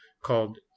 called